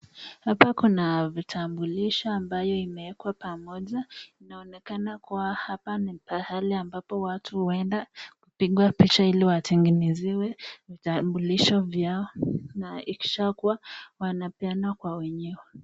Hapa kuna vitambulisho ambayo imeekwa pamoja, inaonekana kuwa hapa ni pahali ambapo watu huenda, kupigwa picha ili watengenezewe, vitambulisho vyao, na ikisha kua, wanapeana kwa wenyewe.